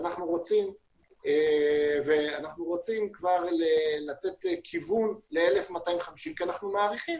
אנחנו רוצים כבר לתת כיוון ל-1250 כי אנחנו מעריכים